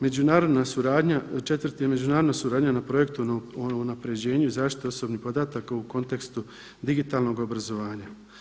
Međunarodna suradnja četvrta je međunarodna suradnja na projektu o unapređenju zaštite osobnih podataka u kontekstu digitalnog obrazovanja.